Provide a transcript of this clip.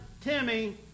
Timmy